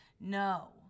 No